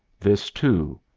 this, too,